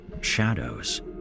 shadows